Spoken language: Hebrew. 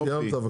סיימת.